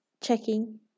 checking